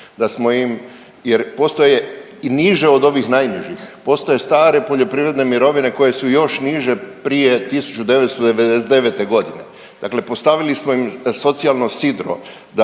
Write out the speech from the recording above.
zaštićene jer postoje i niže od ovih najnižih. Postoje stare poljoprivrede mirovine koje su još niže prije 1999.g. dakle postavili smo im socijalno sidro